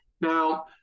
Now